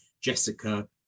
Jessica